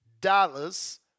dollars